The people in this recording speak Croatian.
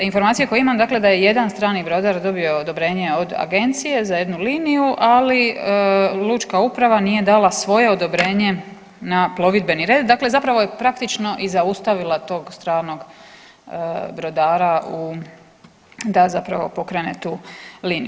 Informacije koje imam dakle da je jedan strani brodar dobio odobrenje od agencije za jednu liniju, ali lučka uprava nije dala svoje odobrenje na plovidbeni red, dakle zapravo je praktično i zaustavila tog stranog brodara u, da zapravo pokrene tu liniju.